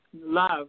Love